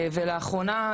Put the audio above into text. ולאחרונה,